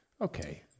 okay